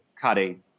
cutting